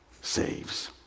saves